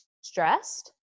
stressed